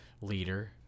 leader